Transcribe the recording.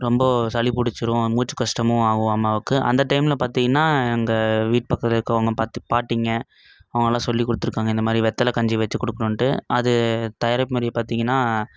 ரொம்ப சளி பிடிச்சிரும் அ மூச்சு கஷ்டமும் ஆகும் அம்மாவுக்கு அந்த டைம்மில் பார்த்தீங்கன்னா எங்கள் வீட்டு பக்கத்தில் இருக்கறவங்க பார்த்து பாட்டிங்க அவங்கெல்லாம் சொல்லிக் கொடுத்துருக்காங்க இந்த மாதிரி வெத்தலை கஞ்சி வச்சு கொடுக்கணுட்டு அது தயாரிப்பு முறையை பார்த்தீங்கன்னா